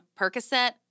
Percocet